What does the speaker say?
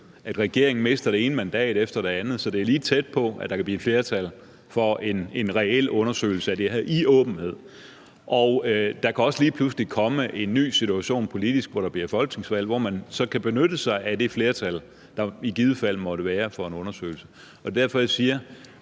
at regeringen mister det ene mandat efter det andet, så det er lige tæt på, at der kan blive flertal for en reel undersøgelse af det her i åbenhed. Der kan også lige pludselig komme en ny situation politisk, hvor der bliver folketingsvalg, og hvor man så kan benytte sig af det flertal, der i givet fald måtte være for en undersøgelse. Det er derfor, jeg siger: